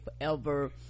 forever